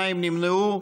2 נמנעו.